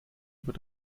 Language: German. über